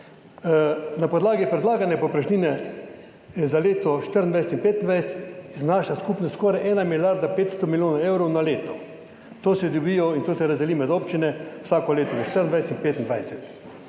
Na podlagi predlagane povprečnine za leto 2024 in 2025 znaša skupno skoraj ena milijarda 500 milijonov evrov na leto. To se dobi in to se razdeli med občine vsako leto med 2024